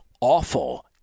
awful